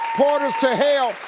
portals to hell,